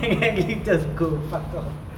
then you just go fuck off